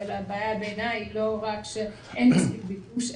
אבל בעיניי הבעיה אינה רק שאין מספיק ביקוש,